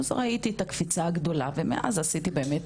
אז ראיתי את הקפיצה הגדולה ואז עשיתי באמת